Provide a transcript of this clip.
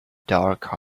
dark